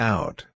Out